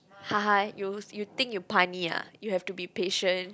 you you think you punny uh you have to be patient